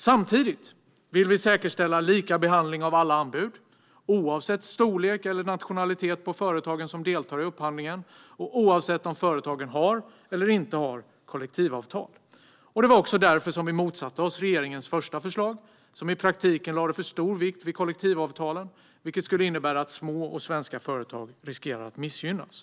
Samtidigt vill vi säkerställa lika behandling av alla anbud, oavsett storlek eller nationalitet på de företag som deltar i upphandlingen och oavsett om företagen har eller inte har kollektivavtal. Det var också därför som vi motsatte oss regeringens första förslag, som i praktiken lade för stor vikt vid kollektivavtalen, vilket skulle innebära att små och svenska företag riskerade att missgynnas.